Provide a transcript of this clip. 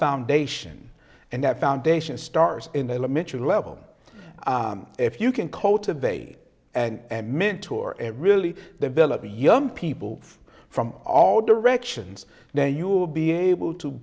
foundation and that foundation stars in the elementary level if you can cultivate and mentor and really the bill of young people from all directions now you will be able to